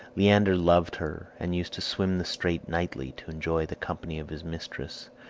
leander loved her, and used to swim the strait nightly to enjoy the company of his mistress,